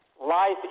Life